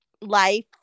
life